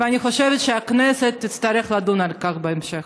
ואני חושבת שהכנסת תצטרך לדון על כך בהמשך.